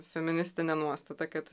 feministinė nuostata kad